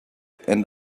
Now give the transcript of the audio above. and